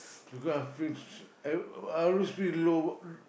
because I feel s~ I I always feel low low